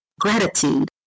gratitude